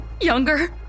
Younger